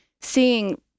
seeing